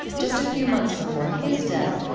just a few months before his death,